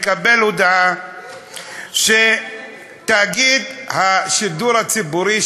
מקבל הודעה שתאגיד השידור הציבורי,